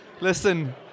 listen